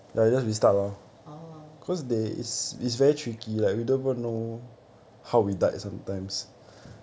oh